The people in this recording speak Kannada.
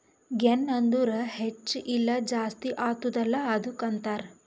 ಗೆನ್ ಅಂದುರ್ ಹೆಚ್ಚ ಇಲ್ಲ ಜಾಸ್ತಿ ಆತ್ತುದ ಅಲ್ಲಾ ಅದ್ದುಕ ಅಂತಾರ್